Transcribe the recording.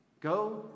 Go